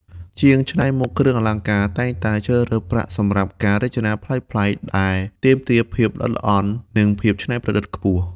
ជាងច្នៃម៉ូដគ្រឿងអលង្ការតែងតែជ្រើសរើសប្រាក់សម្រាប់ការរចនាប្លែកៗ ដែលទាមទារភាពល្អិតល្អន់ និងភាពច្នៃប្រឌិតខ្ពស់។